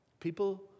People